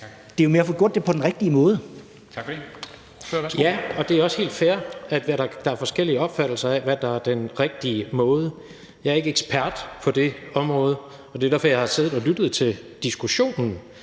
det. Ordføreren, værsgo. Kl. 16:24 Jens Rohde (KD): Ja, og det er også helt fair, at der er forskellige opfattelser af, hvad der er den rigtige måde. Jeg er ikke ekspert på det område, og det er jo derfor, jeg har siddet og lyttet til diskussionen